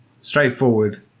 straightforward